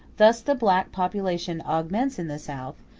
thus the black population augments in the south,